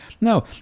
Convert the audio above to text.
No